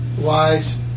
wise